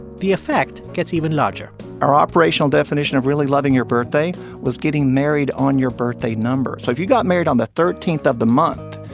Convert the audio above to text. the effect gets even larger our operational definition of really loving your birthday was getting married on your birthday number. so if you got married on the thirteen of the month,